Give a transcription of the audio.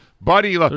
Buddy